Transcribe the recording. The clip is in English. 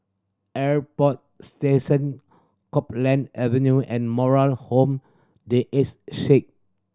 Airport Station Copeland Avenue and Moral Home The Ace Sick